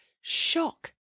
shock